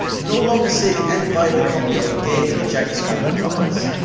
no longer saving and viable copies of the game in the jagex backup files.